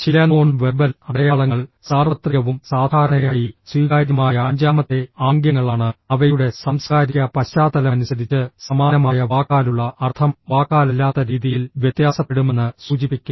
ചില non verbal അടയാളങ്ങൾ സാർവത്രികവും സാധാരണയായി സ്വീകാര്യമായ അഞ്ചാമത്തെ ആംഗ്യങ്ങളാണ് അവയുടെ സാംസ്കാരിക പശ്ചാത്തലമനുസരിച്ച് സമാനമായ വാക്കാലുള്ള അർത്ഥം വാക്കാലല്ലാത്ത രീതിയിൽ വ്യത്യാസപ്പെടുമെന്ന് സൂചിപ്പിക്കുന്നു